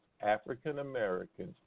African-Americans